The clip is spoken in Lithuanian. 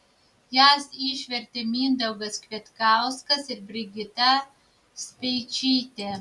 jas išvertė mindaugas kvietkauskas ir brigita speičytė